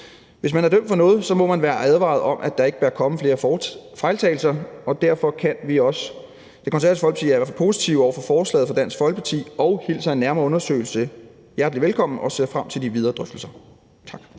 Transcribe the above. Hvis man er dømt for noget, må man være advaret om, at der ikke bør komme flere forseelser, og derfor er vi i Det Konservative Folkeparti positive over for forslaget fra Dansk Folkeparti. Vi hilser en nærmere undersøgelse hjertelig velkommen og ser frem til de videre drøftelser. Tak.